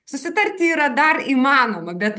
susitarti yra dar įmanoma bet